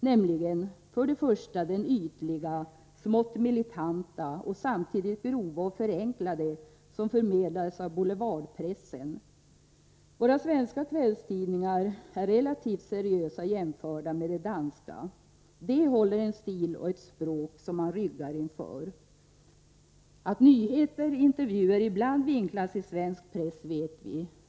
Det var först den ytliga, smått militanta och samtidigt grova och förenklade, som förmedlades av boulevardpressen. Våra svenska kvällstidningar är relativt seriösa jämförda med de danska, vilka håller en stil och ett språk som man ryggar inför. Att nyheter och intervjuer ibland vinklas i svensk press vet vi.